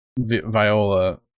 Viola